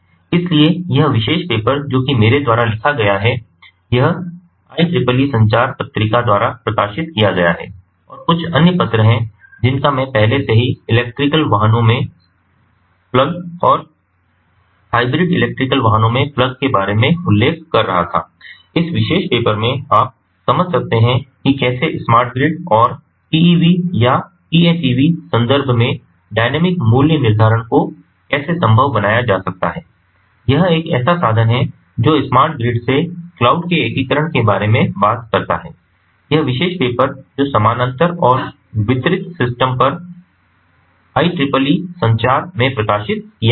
इसलिएयह विशेष पेपर जो की मेरे द्वारा लिखा गया है यह IEEE संचार पत्रिका द्वारा प्रकाशित किया गया है और कुछ अन्य पत्र हैं जिनका मैं पहले से ही इलेक्ट्रिकल वाहनों में प्लग और हाइब्रिड इलेक्ट्रिकल वाहनों में प्लग के बारे में उल्लेख कर रहा था इस विशेष पेपर में आप समझ सकते हैं कि कैसे स्मार्ट ग्रिड और PEV या PHEV संदर्भ में डायनामिक् मूल्य निर्धारण को कैसे संभव बनाया जा सकता है यह एक ऐसा समाधान है जो स्मार्ट ग्रिड से क्लाउड के एकीकरण के बारे में बात करता है यह विशेष पेपर जो समानांतर और वितरित सिस्टम पर IEEE संचार में प्रकाशित किया गया है